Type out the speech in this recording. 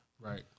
Right